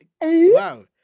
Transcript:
wow